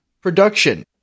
production